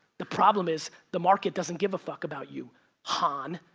the problem is the market doesn't give a fuck about you han.